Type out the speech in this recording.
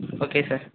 okay sir